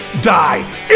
die